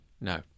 No